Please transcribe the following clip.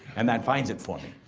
and that finds it for me.